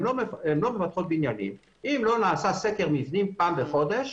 לא מבטחות אם לא נעשה סקר מבנים פעם חודש.